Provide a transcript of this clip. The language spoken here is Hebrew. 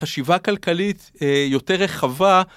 חשיבה כלכלית יותר רחבה.